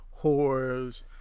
whores